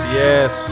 yes